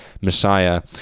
Messiah